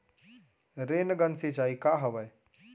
Rain gun सिंचाई का हवय?